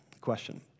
question